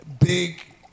big